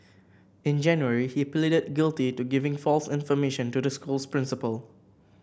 in January he pleaded guilty to giving false information to the school's principal